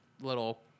little